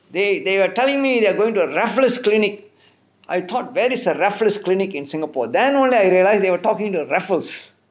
they they are telling me they're going to raffles clinic I thought where is the raffles clinic in singapore then only I realised they were talking to raffles